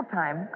time